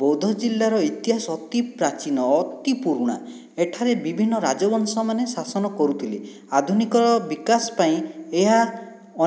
ବଉଦ ଜିଲ୍ଲାର ଇତିହାସ ଅତି ପ୍ରାଚୀନ ଅତି ପୁରୁଣା ଏଠାରେ ବିଭିନ୍ନ ରାଜବଂଶ ମାନେ ଶାସନ କରୁଥିଲେ ଆଧୁନିକ ବିକାଶ ପାଇଁ ଏହା